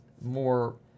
more